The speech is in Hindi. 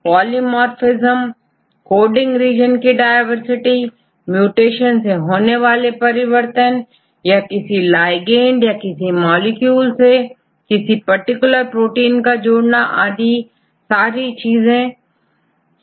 पॉलीमोरफ़िज्म कोडिंग रीजन की डायवर्सिटी म्यूटेशन से होने वाले परिवर्तनयह किसी ligandsया किसी मॉलिक्यूल से किसी पार्टिकुलर प्रोटीन का जोड़ना आदि के बारे में पता चल जाएगा